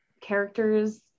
characters